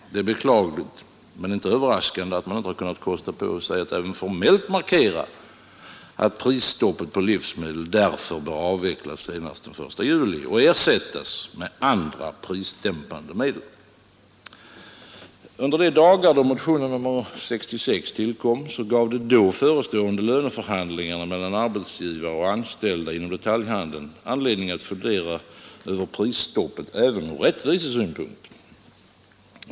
Det är beklagligt, men inte överraskande, att man inte kunnat kosta på sig att även formellt markera att prisstoppet på livsmedel därför bör avvecklas senast den 1 juli och ersättas med andra prisdämpande medel. I de dagar då motionen 66 tillkom gav de då förestående löneförhandlingarna mellan arbetsgivare och anställda inom detaljhandeln anledning till funderingar över prisstoppet även från rättvisesynpunkt.